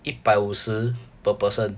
一百五十 per person